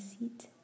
seat